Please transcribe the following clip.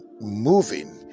moving